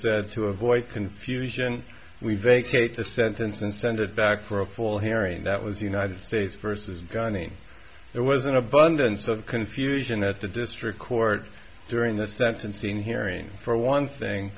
said to avoid confusion we vacate the sentence and send it back for a full hearing that was united states versus gunny there was an abundance of confusion at the district court during the sentencing hearing for one thing